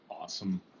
awesome